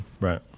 right